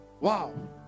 Wow